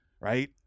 Right